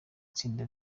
tsinda